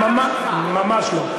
ממש לא.